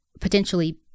potentially